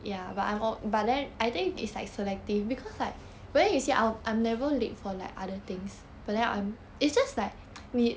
ya but I more but then I think like selective because like where you say I'll never late for like other things but then it's just like me